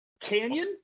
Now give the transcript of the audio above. Canyon